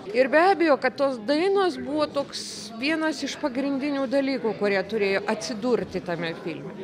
ir be abejo kad tos dainos buvo toks vienas iš pagrindinių dalykų kurie turėjo atsidurti tame filme